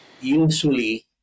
usually